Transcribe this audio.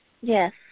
Yes